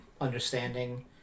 understanding